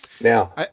Now